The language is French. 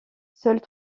seules